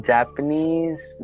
Japanese